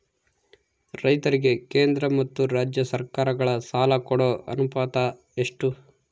ರೈತರಿಗೆ ಕೇಂದ್ರ ಮತ್ತು ರಾಜ್ಯ ಸರಕಾರಗಳ ಸಾಲ ಕೊಡೋ ಅನುಪಾತ ಎಷ್ಟು?